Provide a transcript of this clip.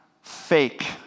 Fake